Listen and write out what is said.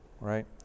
Right